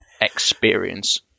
experience